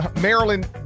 Maryland